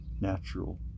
natural